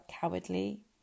cowardly